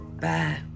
Bye